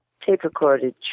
tape-recorded